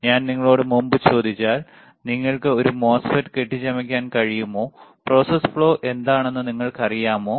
ഞാൻ നിങ്ങളോട് മുമ്പ് ചോദിച്ചാൽ നിങ്ങൾക്ക് ഒരു മോസ്ഫെറ്റ് കെട്ടിച്ചമയ്ക്കാൻ കഴിയുമോ പ്രോസസ് ഫ്ലോ എന്താണെന്ന് നിങ്ങൾക്കറിയാമോ